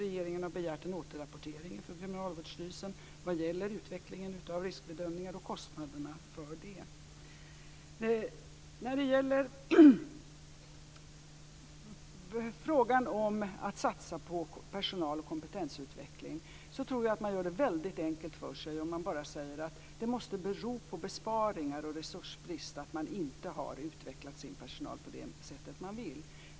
Regeringen har begärt en återrapportering från kriminalvårdsstyrelsen vad gäller utvecklingen av riskbedömningar och kostnaderna för det. När det gäller frågan om att satsa på personal och kompetensutveckling tror jag att man gör det väldigt enkelt för sig om man bara säger att det måste bero på besparingar och resursbrist att kriminalvården inte har utvecklat sin personal på det sätt den vill.